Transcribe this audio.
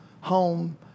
home